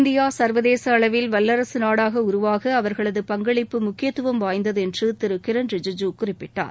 India சர்வதேச அளவில் வல்லரசு நாடாக உருவாக அவர்களது பங்களிப்பு முக்கியத்துவம் வாய்ந்தது என்று திரு கிரண்ரிஜிஜூ குறிப்பிட்டார்